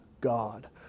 God